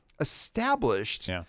established